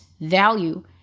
value